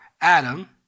Adam